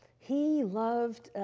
he loved